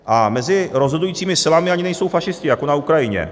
A mezi rozhodujícími silami ani nejsou fašisti jako na Ukrajině.